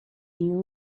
few